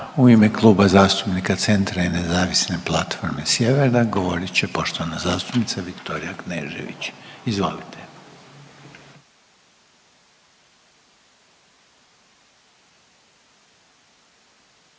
U ime Kluba zastupnika Centra i Nezavisne platforme sjevera, govorit će poštovana zastupnica Viktorija Knežević. Izvolite.